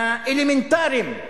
האלמנטריים,